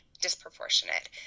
disproportionate